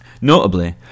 Notably